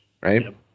right